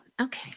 Okay